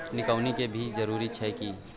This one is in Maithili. निकौनी के भी जरूरी छै की?